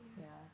yeah